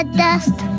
dust